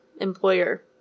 employer